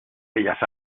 bellas